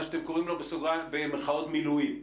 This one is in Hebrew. מה שאתם קוראים לו במירכאות "מילואים".